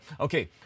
Okay